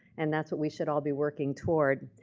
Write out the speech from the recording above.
and that's what we should all be working toward.